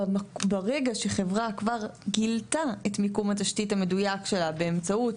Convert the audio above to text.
ברגע שחברה כבר גילתה את מיקום התשתית המדויק שלה באמצעות